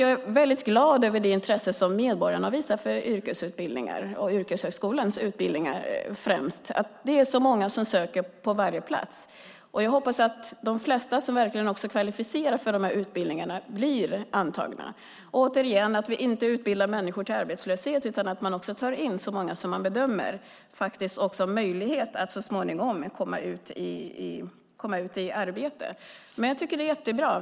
Jag är väldigt glad över det intresse som medborgarna har visat för yrkesutbildningar, och främst yrkeshögskolans utbildningar, och att det är så många som söker på varje plats. Jag hoppas att de flesta som verkligen är kvalificerade för dessa utbildningar blir antagna och, återigen, att vi inte utbildar människor till arbetslöshet utan att man tar in så många som man bedömer har möjlighet att så småningom komma ut i arbete. Jag tycker att det är jättebra.